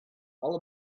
all